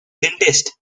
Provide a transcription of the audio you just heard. dentist